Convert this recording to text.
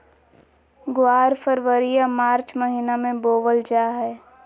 ग्वार फरवरी या मार्च महीना मे बोवल जा हय